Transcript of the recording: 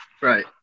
right